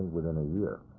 within a year.